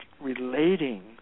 relating